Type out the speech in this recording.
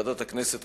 ועדת הכנסת,